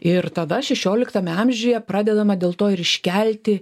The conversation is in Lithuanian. ir tada šešioliktame amžiuje pradedama dėl to ir iškelti